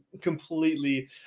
completely